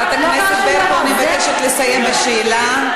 חברת הכנסת ברקו, אני מבקשת לסיים את השאלה.